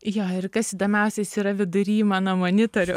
jo ir kas įdomiausia jis yra vidury mano monitorių